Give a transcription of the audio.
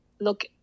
look